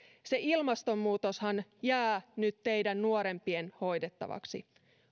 se ilmastonmuutoshan jää nyt teidän nuorempien hoidettavaksi